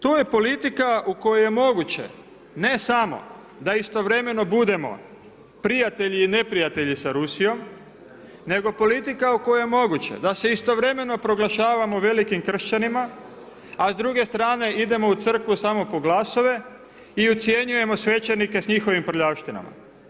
To je politika u kojoj je moguće ne samo da istovremeno budemo prijatelji i neprijatelji sa Rusijom nego politika u kojoj je moguće da se istovremeno proglašavamo velikim kršćanima, a s druge strane idemo u Crkvu samo po glasove i ucjenjujemo svećenike s njihovim prljavštinama.